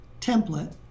template